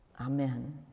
Amen